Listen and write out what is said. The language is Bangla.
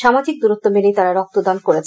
সামাজিক দূরত্ব মেনেই তারা রক্তদান করেছেন